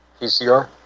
PCR